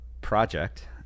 project